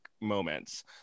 moments